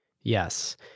Yes